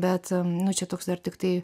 bet nu čia toks dar tiktai